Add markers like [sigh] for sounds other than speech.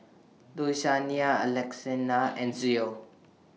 Louisiana [unintelligible] and Zoe